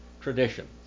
tradition